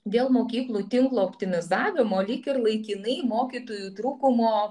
dėl mokyklų tinklo optimizavimo lyg ir laikinai mokytojų trūkumo